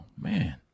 man